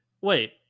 Wait